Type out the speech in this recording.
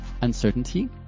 uncertainty